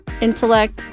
intellect